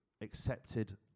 accepted